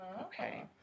Okay